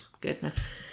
Goodness